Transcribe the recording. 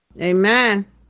Amen